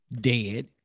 dead